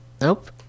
Nope